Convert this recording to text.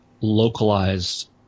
localized